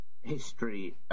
history